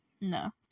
No